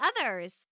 others